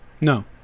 No